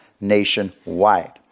nationwide